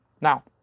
Now